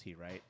right